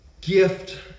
gift